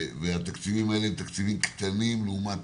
והתקציבים האלה הם תקציבים קטנים לעומת